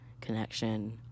connection